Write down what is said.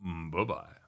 Bye-bye